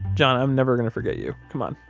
john, i'm never going to forget you. come on